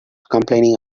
complaining